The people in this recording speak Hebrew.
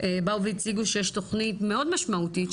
באו והציגו שיש תוכנית מאוד משמעותית,